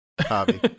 hobby